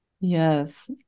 Yes